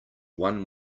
one